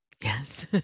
Yes